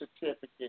certificate